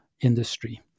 industry